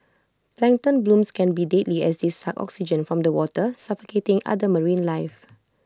plankton blooms can be deadly as they suck oxygen from the water suffocating other marine life